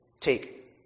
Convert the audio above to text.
take